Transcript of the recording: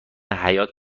حیات